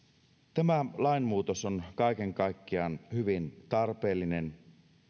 tämä lainmuutos on kaiken kaikkiaan hyvin tarpeellinen